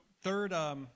third